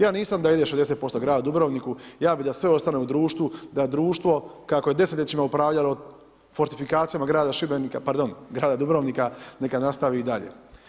Ja nisam da ide 60% gradu Dubrovniku, ja bi da sve ostaje društvu, da društvo, kako je desetljećima upravljalo fortifikacijama grada Šibenika, pardon Dubrovnika, neka nastavi i dalje.